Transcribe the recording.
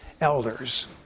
elders